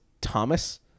Thomas